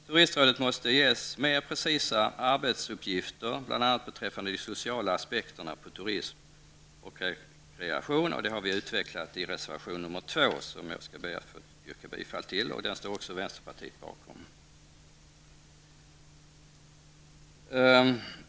Turistrådet måste ges mer precisa arbetsuppgifter, bl.a. beträffande de sociala aspekterna på turism och rekreation. Det har vi utvecklat i reservation 2, som jag skall be att få yrka bifall till. Den står också vänsterpartiet bakom.